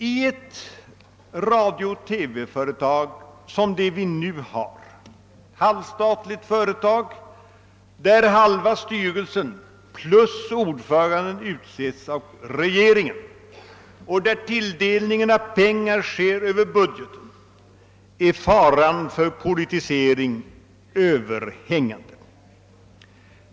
I ett radiooch TV-företag sådant som det vi nu har i vårt land — ett halvstatligt företag, där halva styrelsen plus ordföranden utses av regeringen och där tilldelningen av pengar sker över budgeten — är faran för politisering överhängande.